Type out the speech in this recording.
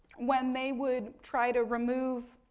when they would try to remove